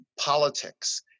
politics